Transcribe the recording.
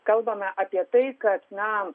kalbame apie tai kad na